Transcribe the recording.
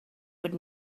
would